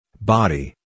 Body